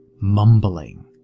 mumbling